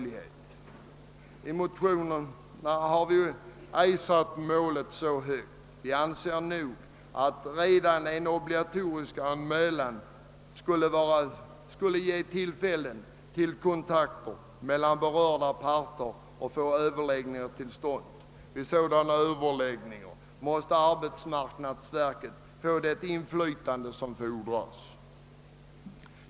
I motionen har vi inte satt målet så högt — vi anser att redan obligatorisk anmälan skulle skapa möjligheter till kontakter och överläggningar mellan berörda parter. Vid sådana överläggningar måste arbetsmarknadsverket få det inflytande som fordras.